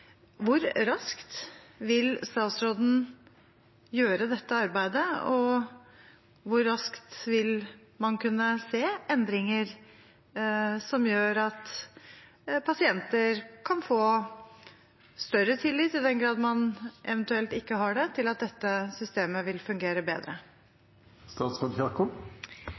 Hvor raskt vil statsråden gjøre dette arbeidet, og hvor raskt vil man kunne se endringer som gjør at pasienter kan få større tillit, i den grad man eventuelt ikke har det, til at dette systemet vil fungere